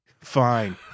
fine